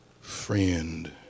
friend